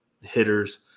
hitters